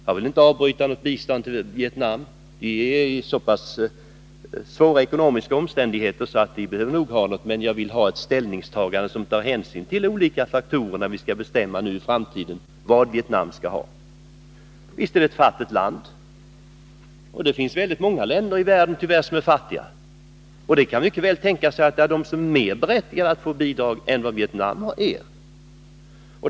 Jag vill inte avbryta något bistånd till Vietnam — man lever där i så svåra ekonomiska omständigheter att man nog behöver ha det — men jag vill ha ett ställningstagande som tar hänsyn till olika faktorer när vi skall bestämma vad Vietnam skall ha i framtiden. Visst är det ett fattigt land, men det finns tyvärr väldigt många länder i världen som är fattiga, och det kan mycket väl tänkas att det finns de som är mer berättigade att få bidrag än Vietnam.